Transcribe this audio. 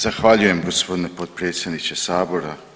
Zahvaljujem gospodine potpredsjedniče sabora.